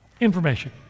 Information